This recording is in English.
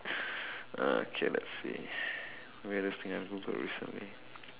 uh K let's see weirdest thing I've Googled recently